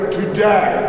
today